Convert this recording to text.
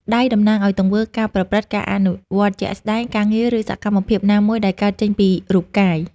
ដៃ តំណាងឱ្យ ទង្វើ ការប្រព្រឹត្ត ការអនុវត្តជាក់ស្ដែង ការងារ ឬសកម្មភាពណាមួយដែលកើតចេញពីរូបកាយ។